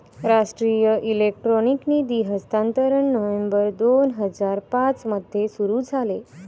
राष्ट्रीय इलेक्ट्रॉनिक निधी हस्तांतरण नोव्हेंबर दोन हजार पाँच मध्ये सुरू झाले